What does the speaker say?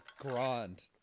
grand